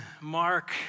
Mark